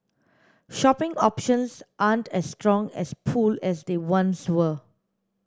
shopping options aren't as strong as pull as they once were